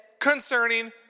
concerning